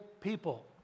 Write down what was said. people